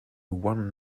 one